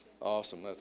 Awesome